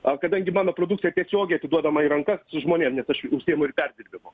a kadangi mano produkcija tiesiogiai atiduodama į rankas žmonėm nes aš užsiimu ir perdirbimu